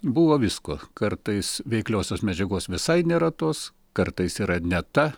buvo visko kartais veikliosios medžiagos visai nėra tos kartais yra ne ta